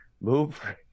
move